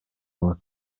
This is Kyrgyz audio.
алат